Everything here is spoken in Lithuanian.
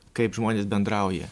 kaip žmonės bendrauja